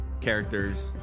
characters